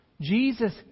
Jesus